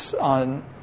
on